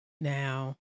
Now